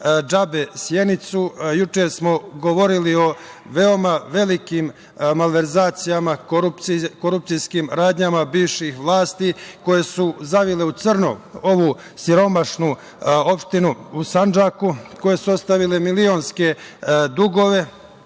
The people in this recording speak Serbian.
džabe Sjenicu. Juče smo govorili o veoma velikim malverzacijama, korupcijskim radnja bivših vlasti koje su zavile u crno ovu siromašnu opštinu u Sandžaku, koje su ostavile milionske dugove.